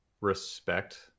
respect